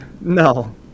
no